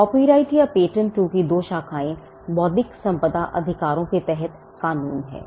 copyright और patent की 2 शाखाएं बौद्धिक संपदा अधिकारों के तहत कानून हैं